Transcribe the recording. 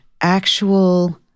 actual